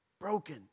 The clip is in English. broken